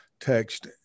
text